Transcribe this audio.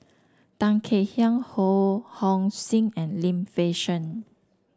Tan Kek Hiang Ho Hong Sing and Lim Fei Shen